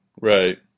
Right